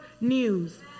news